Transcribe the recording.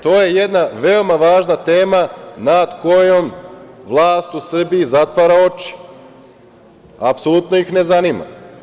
To je jedna veoma važna tema nad kojom vlast u Srbiji zatvara oči, apsolutno ih ne zanima.